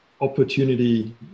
opportunity